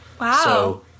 Wow